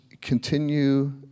continue